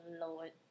Lord